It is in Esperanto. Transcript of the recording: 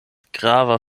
grava